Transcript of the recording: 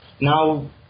now